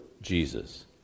Jesus